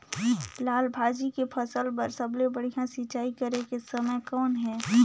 लाल भाजी के फसल बर सबले बढ़िया सिंचाई करे के समय कौन हे?